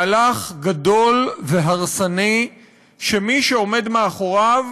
מהלך גדול והרסני שמי שעומד מאחוריו